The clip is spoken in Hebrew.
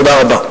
תודה רבה.